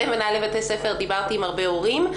מאוד מנהלי בית ספר ודיברתי עם הרבה הורים,